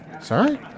Sorry